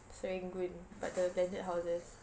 serangoon but the landed houses